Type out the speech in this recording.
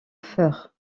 feurre